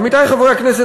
עמיתי חברי הכנסת,